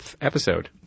episode